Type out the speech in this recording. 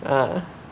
ah